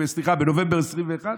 סליחה, בנובמבר 2021?